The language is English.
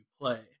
play